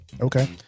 Okay